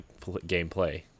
gameplay